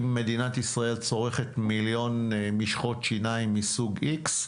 אם מדינת ישראל צורכת 1,000,000 משחות שיניים מסוג X,